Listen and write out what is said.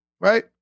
right